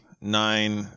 nine